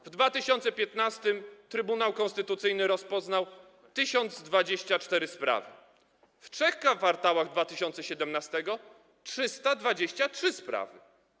W 2015 r. Trybunał Konstytucyjny rozpoznał 1024 sprawy, w 3 kwartałach 2017 r. - 323 sprawy.